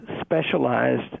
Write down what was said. specialized